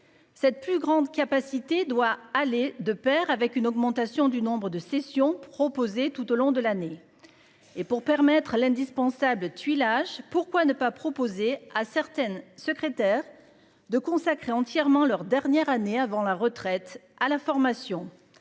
Cette plus grande capacité, doit aller de Pair avec une augmentation du nombre de sessions proposées tout au long de l'année. Et pour permettre à l'indispensable tuilage, pourquoi ne pas proposer à certaines secrétaire. De consacrer entièrement leurs dernières années avant la retraite, à la formation.